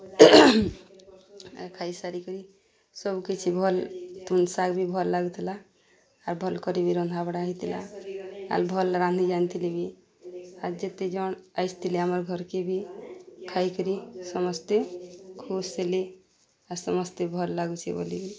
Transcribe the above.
ଖାଇସାରିକରି ସବୁକିଛି ଭଲ୍ ତୁନ୍ ଶାଗ୍ ବି ଭଲ୍ ଲାଗୁଥିଲା ଆର୍ ଭଲ୍ କରି ବି ରନ୍ଧାବଢ଼ା ହେଇଥିଲା ଆର୍ ଭଲ୍ ରାନ୍ଧି ଜାନିଥିଲେ ବି ଆର୍ ଯେତେ ଜଣ୍ ଆସିଥିଲେ ଆମର୍ ଘର୍କେ ବି ଖାଇକରି ସମସ୍ତେ ଖୁସ୍ ହେଲେ ଆର୍ ସମସ୍ତେ ଭଲ୍ ଲାଗୁଛେ ବୋଲି